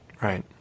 Right